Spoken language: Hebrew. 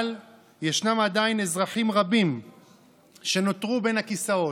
אבל ישנם עדיין אזרחים רבים שנותרו בין הכיסאות,